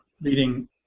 leading